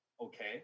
okay